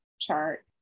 chart